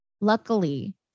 Luckily